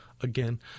again